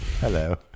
Hello